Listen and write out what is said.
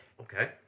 okay